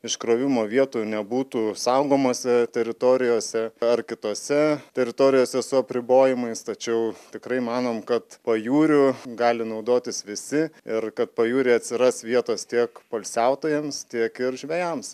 iškrovimo vietų nebūtų saugomose teritorijose ar kitose teritorijose su apribojimais tačiau tikrai manom kad pajūriu gali naudotis visi ir kad pajūryje atsiras vietos tiek poilsiautojams tiek ir žvejams